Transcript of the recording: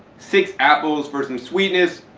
six apples for some sweetness,